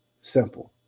Simple